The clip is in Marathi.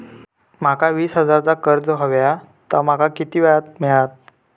माका वीस हजार चा कर्ज हव्या ता माका किती वेळा क मिळात?